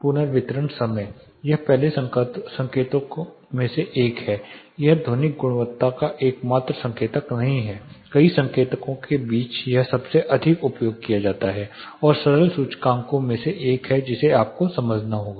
पुनर्वितरण समय यह पहले संकेतकों में से एक है यह ध्वनिक गुणवत्ता का एकमात्र संकेतक नहीं है कई संकेतकों के बीच यह सबसे अधिक उपयोग किया जाता है और सरल सूचकांकों में से एक है जिसे आपको समझना होगा